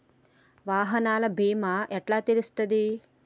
వాహనాల బీమా ఎట్ల తెలుస్తది?